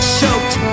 choked